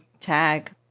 tag